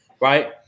right